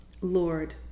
Lord